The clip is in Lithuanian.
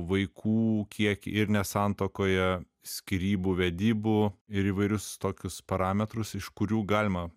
vaikų kiekį ir ne santuokoje skyrybų vedybų ir įvairius tokius parametrus iš kurių galima